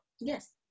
Yes